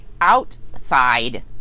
outside